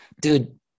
Dude